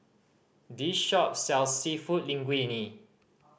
this shop sells Seafood Linguine